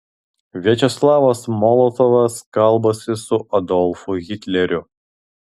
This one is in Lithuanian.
viačeslavas molotovas kalbasi su adolfu hitleriu